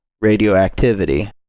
radioactivity